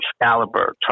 Excalibur